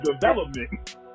development